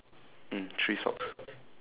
mm three socks